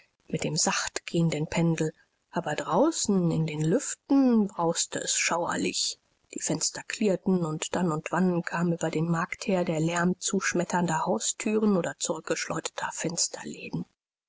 mit dem sachtgehenden pendel aber draußen in den lüften brauste es schauerlich die fenster klirrten und dann und wann kam über den markt her der lärm zuschmetternder hausthüren oder zurückgeschleuderter